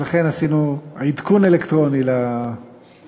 אז לכן עשינו עדכון אלקטרוני, זה